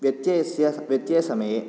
व्यत्ययस्य व्यत्ययसमये